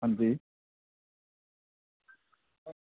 अंजी